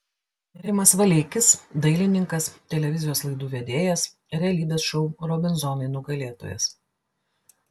rimas valeikis dailininkas televizijos laidų vedėjas realybės šou robinzonai nugalėtojas